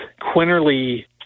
Quinterly